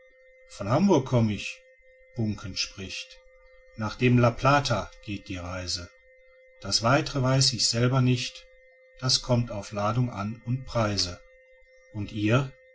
von hamburg komm ich buncken spricht nach dem la plata geht die reise das weitre weiß ich selber nicht das kommt auf ladung an und preise und ihr